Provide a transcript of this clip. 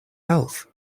health